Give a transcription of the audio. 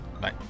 Bye